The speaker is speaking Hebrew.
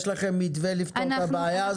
יש לכם מתווה לפתור את הבעיה הזאת?